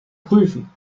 prüfen